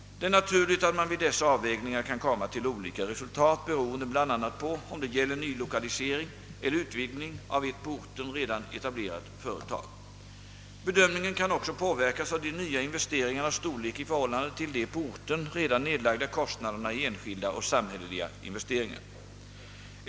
Det är naturligt att man vid dessa avvägningar kan komma till olika resultat beroende bl.a. på om det gäller nylokalisering eller utvidgning av ett på orten redan etablerat företag. Bedömningen kan också påverkas av de nya investeringarnas storlek i förhållande till de på orten redan nedlagda kostnaderna i enskilda och samhälleliga investeringar.